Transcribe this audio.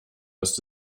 ist